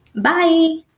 Bye